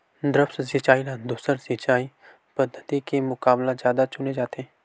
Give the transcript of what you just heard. द्रप्स सिंचाई ला दूसर सिंचाई पद्धिति के मुकाबला जादा चुने जाथे